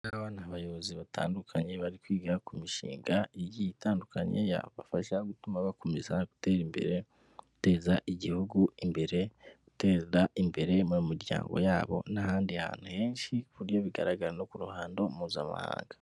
Aba ni abayobozi batandukanye bari kwiga ku mishinga igiye itandukanye yabafasha gutuma bakomeza gutera imbere, guteza igihugu imbere, guteza imbere imiryango yabo n'ahandi hantu henshi ku buryo bigaragara no ku ruhando mpuzamahanga.